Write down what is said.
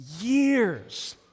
years